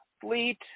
fleet